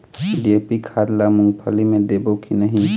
DAP खाद ला मुंगफली मे देबो की नहीं?